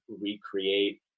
recreate